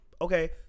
Okay